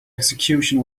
execution